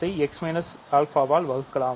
gஆல் வகுக்கலாம்